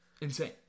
Insane